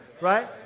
right